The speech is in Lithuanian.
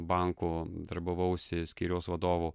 bankų darbavausi skyriaus vadovu